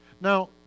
now